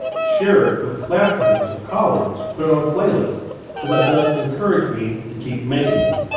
share it with classmates or colleagues, put it on a playlist cause that does encourage me to keep making them.